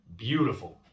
Beautiful